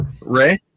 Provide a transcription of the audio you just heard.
Ray